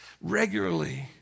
regularly